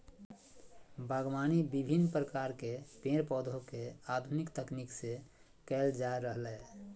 बागवानी विविन्न प्रकार के पेड़ पौधा के आधुनिक तकनीक से कैल जा रहलै